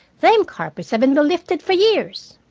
them carpets haven't been lifted for years.